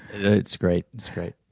it's great. it's great.